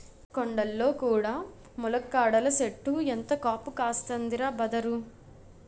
కొండల్లో కూడా ములక్కాడల సెట్టు ఎంత కాపు కాస్తందిరా బదరూ